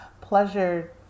pleasure